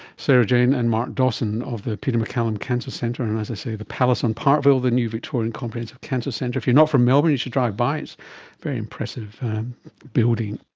sarah-jane and mark dawson, of the peter maccallum cancer centre, and as i say, the palace on parkville, the new victorian comprehensive cancer centre. if you're not from melbourne you should drive by, it's a very impressive building